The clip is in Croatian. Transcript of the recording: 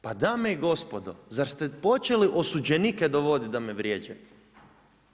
Pa dame i gospodo, zar ste počeli osuđenike dovoditi da me vrijeđaju?